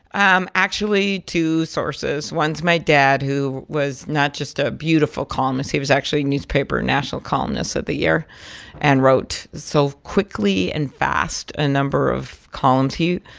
um actually, two sources one's my dad, who was not just a beautiful columnist he was actually a newspaper national columnist of the year and wrote so quickly and fast a number of columns. he,